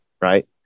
Right